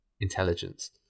intelligence